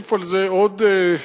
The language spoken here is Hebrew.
להוסיף על זה עוד נקודה,